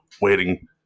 waiting